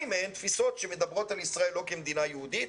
שתיים מהן תפיסות שמדברות על ישראל לא כמדינה יהודית,